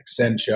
Accenture